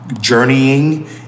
journeying